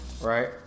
Right